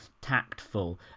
tactful